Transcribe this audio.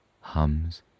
hums